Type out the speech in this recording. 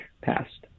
passed